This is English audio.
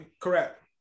Correct